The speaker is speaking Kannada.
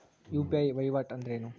ಯು.ಪಿ.ಐ ವಹಿವಾಟ್ ಅಂದ್ರೇನು?